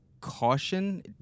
caution